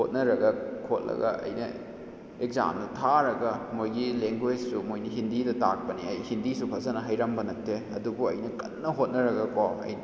ꯍꯣꯠꯅꯔꯒ ꯈꯣꯠꯂꯒ ꯑꯩꯅ ꯑꯦꯛꯖꯥꯝꯗꯨ ꯊꯥꯔꯒ ꯃꯣꯏꯒꯤ ꯂꯦꯡꯒꯣꯏꯁꯁꯨ ꯃꯣꯏꯅ ꯍꯤꯟꯗꯤꯗ ꯇꯥꯛꯄꯅꯤ ꯑꯩ ꯍꯤꯟꯗꯤꯁꯨ ꯐꯖꯅ ꯍꯩꯔꯝꯕ ꯅꯠꯇꯦ ꯑꯗꯨꯕꯨ ꯑꯩꯅ ꯀꯟꯅ ꯍꯣꯠꯅꯔꯒꯀꯣ ꯑꯩ